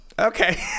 Okay